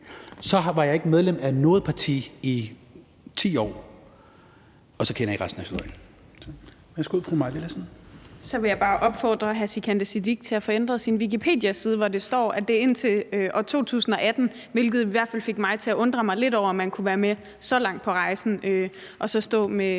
Værsgo til fru Mai Villadsen. Kl. 16:30 Mai Villadsen (EL): Så vil jeg bare opfordre hr. Sikandar Siddique til at få ændret sin Wikipediaside, hvor der står, at det var indtil år 2018, hvilket i hvert fald fik mig til at undre mig lidt over, at man kunne være med så langt på rejsen og så stå med